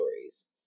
stories